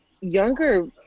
younger